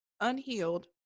unhealed